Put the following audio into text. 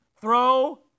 Throw